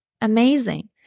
Amazing